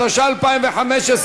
התשע"ה 2015,